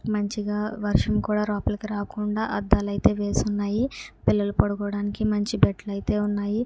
మంచిగా వర్షం కూడా లోపలికి రాకుండా అద్దాలు అయితే వేసి ఉన్నాయి పిల్లలు పడుకోవడానికి మంచి బెడ్లు అయితే ఉన్నాయి